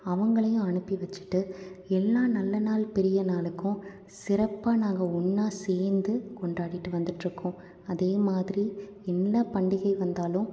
அவங்களையும் அனுப்பி வச்சிட்டு எல்லா நல்ல நாள் பெரிய நாளுக்கும் சிறப்பாக நாங்கள் ஒன்றா சேர்ந்து கொண்டாடிகிட்டு வந்துகிட்ருக்கோம் அதே மாதிரி என்ன பண்டிகை வந்தாலும்